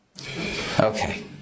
Okay